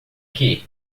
que